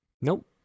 Nope